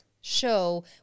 show